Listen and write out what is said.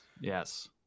yes